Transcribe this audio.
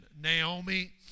Naomi